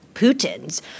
Putin's